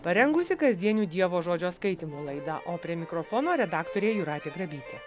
parengusi kasdienių dievo žodžio skaitymo laidą o prie mikrofono redaktorė jūratė grabytė